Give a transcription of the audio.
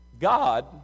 God